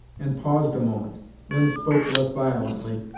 and paused a moment then spoke less violently.